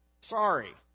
Sorry